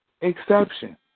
Exception